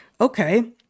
Okay